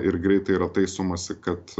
ir greitai yra taisomasi kad